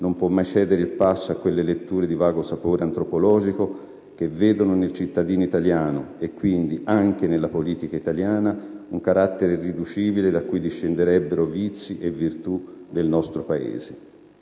non può mai cedere il passo a quelle letture di vago sapore antropologico che vedono nel cittadino italiano, e quindi anche nella politica italiana, un carattere irriducibile da cui discenderebbero vizi e virtù del nostro Paese.